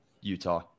Utah